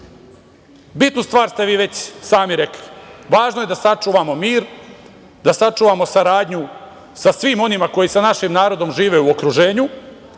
stvar ste vi već sami rekli, važno je da sačuvamo mir, da sačuvamo saradnju sa svima onima koji sa našim narodima žive u okruženju,